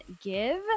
give